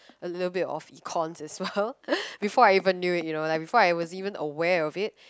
a little bit of econs as well before I even knew it before I was even aware of it